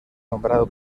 nombrado